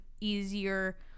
easier